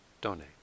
donate